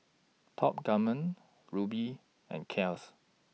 Top Gourmet Rubi and Kiehl's